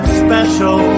special